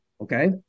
okay